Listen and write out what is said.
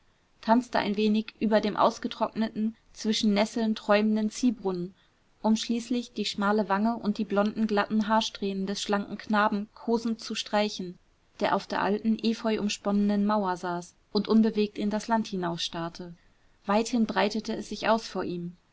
tanzte ein wenig über dem ausgetrockneten zwischen nesseln träumenden ziehbrunnen um schließlich die schmale wange und die blonden glatten haarsträhnen des schlanken knaben kosend zu streicheln der auf der alten efeuumsponnenen mauer saß und unbewegt in das land hinausstarrte weithin breitete es sich aus vor ihm